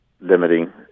limiting